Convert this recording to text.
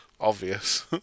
obvious